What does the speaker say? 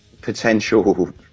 potential